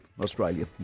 Australia